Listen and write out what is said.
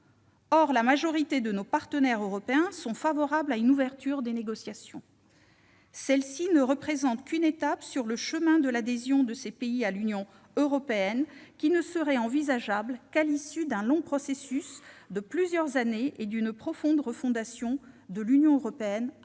Or la majorité de nos partenaires européens y sont favorables. Cette adhésion ne représente qu'une étape sur le chemin de l'adhésion de ces pays à l'Union européenne, qui ne serait envisageable qu'à l'issue d'un long processus de plusieurs années et d'une profonde refondation de l'Union européenne après